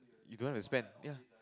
you don't have to spend ya